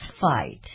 fight